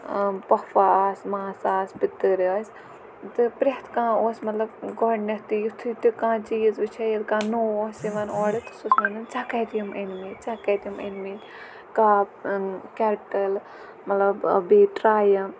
پوٚپھٕ آسہٕ ماسہٕ آسہٕ پِتٔرۍ ٲسۍ تہٕ پرٮ۪تھ کانٛہہ اوس مطلب گۄڈنٮ۪تھٕے یُتھُے تہِ کانٛہہ چیٖز وٕچھے ییٚلہِ کانٛہہ نوٚو اوس یِوان اور تہٕ سُہ چھِ وَنان ژےٚ کَتہِ یِم أنۍ مٕتۍ ژےٚ کَتہِ یِم أنۍ مٕتۍ کپ کٮ۪ٹَل مطلب بیٚیہِ ٹرٛیہِ